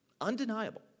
undeniable